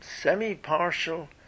semi-partial